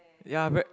ya very